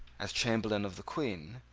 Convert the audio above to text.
as chamberlain of the queen,